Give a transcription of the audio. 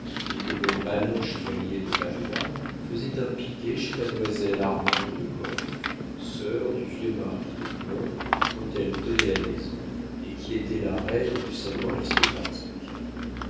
et que le malin chevalier de valois faisait un piquet chez mademoiselle armande de gordes sœur du vieux marquis de gordes dont elle tenait la maison et qui était la reine du salon aristocratique